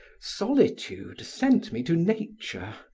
solitude sent me to nature,